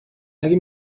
اگه